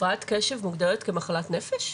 הפרעת קשב מוגדרת כמחלת נפש?